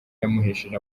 yamuhesheje